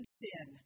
sin